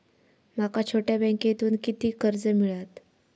माका छोट्या बँकेतून किती कर्ज मिळात?